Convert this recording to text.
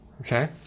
okay